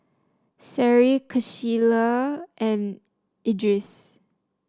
Seri Qalisha and Idris